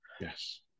Yes